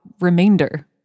remainder